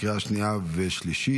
לקריאה שנייה ושלישית.